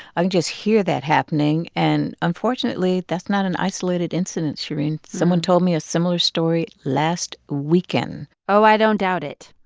i can just hear that happening. and unfortunately, that's not an isolated incident, shereen. someone told me a similar story last weekend oh, i don't doubt it.